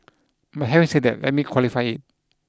but having say that let me qualify it